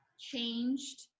changed